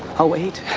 i'll wait.